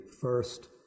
first